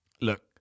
look